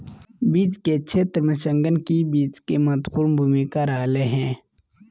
वित्त के क्षेत्र में संगणकीय वित्त के महत्वपूर्ण भूमिका रहलय हें